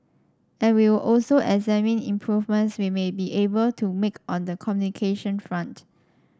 and we will also examine improvements we may be able to make on the communication front